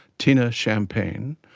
tina champagne,